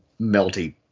melty